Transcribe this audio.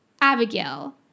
Abigail